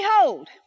behold